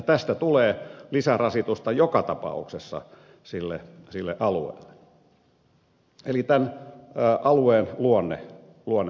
tästä tulee lisärasitusta joka tapauksessa sille alueelle eli tämän alueen luonne muuttuu